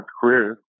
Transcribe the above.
career